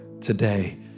today